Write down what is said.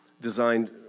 designed